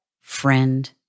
friend